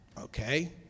Okay